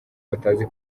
batazi